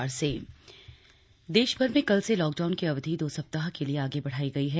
lockdown देशभर में कल से लॉकडाउन की अवधि दो सप्ताह के लिए आगे बढ़ाई गई है